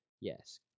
yes